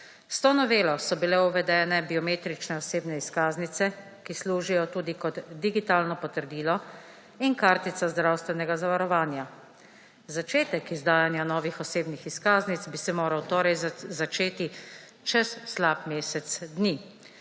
S to novelo so bile uvedene biometrične osebne izkaznice, ki služijo tudi kot digitalno potrdilo in kartica zdravstvenega zavarovanja. Začetek izdajanja novih osebnih izkaznic bi se moral torej začeti čez slab mesec dni.